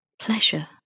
Pleasure